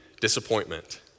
disappointment